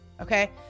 okay